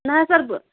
نا حظ